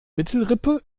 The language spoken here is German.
mittelrippe